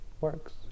works